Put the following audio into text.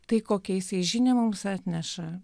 tai kokiais jai žinią mums atneša